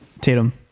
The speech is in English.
Tatum